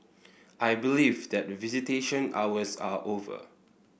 I believe that visitation hours are over